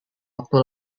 waktu